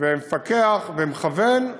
ומפקח ומכוון.